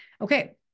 Okay